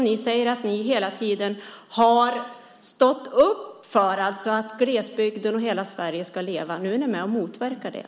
Ni säger att ni hela tiden har stått upp för den här politiken, alltså att glesbygden och hela Sverige ska leva. Nu är ni med och motverkar det.